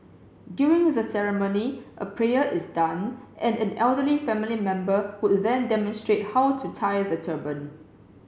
during the ceremony a prayer is done and an elderly family member would then demonstrate how to tie the turban